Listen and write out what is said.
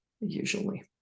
usually